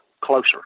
closer